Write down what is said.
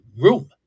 room